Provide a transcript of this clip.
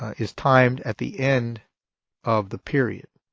is timed at the end of the period.